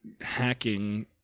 hacking